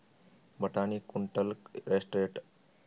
ಬಟಾಣಿ ಕುಂಟಲ ಎಷ್ಟು ರೇಟ್?